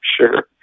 sure